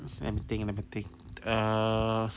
let me think let me think err